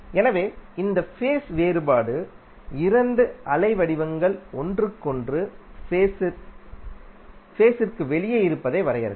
எனவே இந்த ஃபேஸ் வேறுபாடு இரண்டு அலைவடிவங்கள் ஒன்றுக்கொன்று ஃபேஸ் த்திற்கு வெளியே இருப்பதை வரையறுக்கும்